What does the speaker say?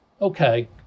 okay